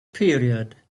period